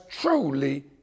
truly